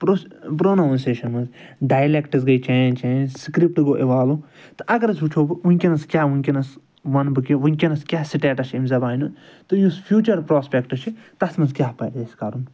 purse pronunciation منٛز dialects گٕے change change script گوٚو اِوالوٗ تہٕ اگر أسۍ وُچھَو ؤںکیٚنَس کیٛاہ ؤنکیٚنَس وَنہٕ بہٕ کہ ؤنکیٚنَس کیٛاہ سِٹَٹَس چھِ أمۍ زبانہِ ہُنٛد تہٕ یُس فیوٗچَر پراسپیٚکٹ چھِ تَتھ منٛز کیٛاہ پَزِ اَسہِ کَرُن